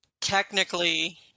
technically